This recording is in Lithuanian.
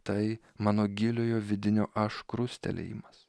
tai mano giliojo vidinio aš krustelėjimas